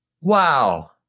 wow